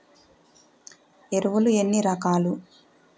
ఎరువులు ఎన్ని రకాలు?